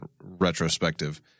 retrospective